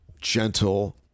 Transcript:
gentle